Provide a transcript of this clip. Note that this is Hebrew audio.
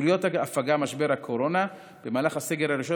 פעילויות הפגה במשבר הקורונה: במהלך הסגר הראשון